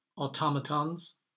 automatons